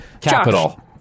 capital